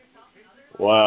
Wow